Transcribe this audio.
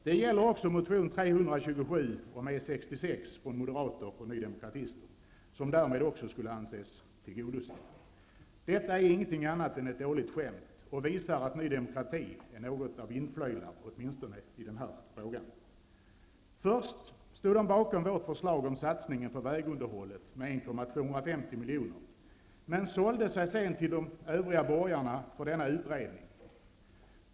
Det gäller också motion T327 om E 66 från moderater och nydemokrater, som därmed också skulle anses tillgodsedd. Detta är ingenting annat än ett dåligt skämt och visar att Ny demokrati är något av en vindflöjel, åtminstone i denna fråga. Först stod Ny demokrati bakom vårt förslag om satsningen på vägunderhållet med 1 250 miljoner, men sålde sig sedan till de övriga borgarna för denna utredning.